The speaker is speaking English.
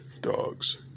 dogs